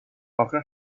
آخه